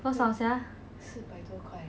多少 sia